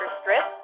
Strip